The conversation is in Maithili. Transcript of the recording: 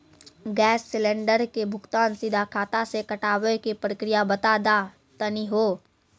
गैस सिलेंडर के भुगतान सीधा खाता से कटावे के प्रक्रिया बता दा तनी हो?